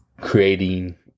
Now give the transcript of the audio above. Creating